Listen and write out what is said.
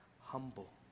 humble